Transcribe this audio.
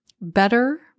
better